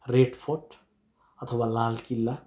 red fort अथवा लाल किल्ला